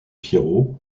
pierrot